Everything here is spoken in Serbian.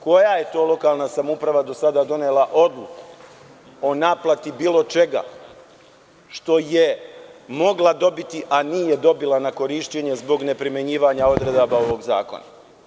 Koja je to lokalna samouprava do sada donela odluku o naplati bilo čega što je mogla dobiti, a nije dobila na korišćenje zbog neprimenjivanja odredaba ovog zakona?